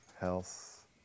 health